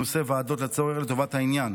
לא פחות מחמישה כינוסי ועדה לטובת העניין,